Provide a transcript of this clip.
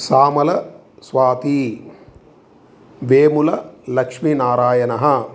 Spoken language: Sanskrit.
श्यामला स्वाती वेमुललक्ष्मीनारायणः